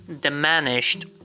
diminished